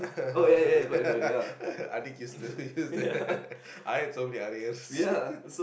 I think used to do that I had so many Arils